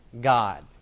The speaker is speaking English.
God